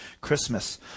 Christmas